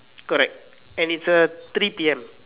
correct and it's a three P_M